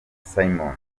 simon